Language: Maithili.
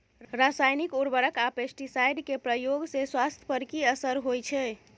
रसायनिक उर्वरक आ पेस्टिसाइड के प्रयोग से स्वास्थ्य पर कि असर होए छै?